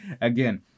again